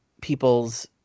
people's